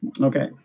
Okay